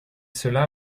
celà